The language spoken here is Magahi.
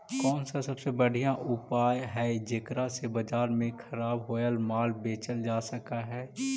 कौन सा सबसे बढ़िया उपाय हई जेकरा से बाजार में खराब होअल माल बेचल जा सक हई?